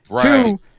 Two